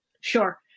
Sure